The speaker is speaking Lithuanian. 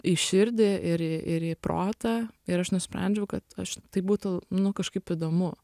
į širdį ir į ir į protą ir aš nusprendžiau kad aš tai būtų nu kažkaip įdomu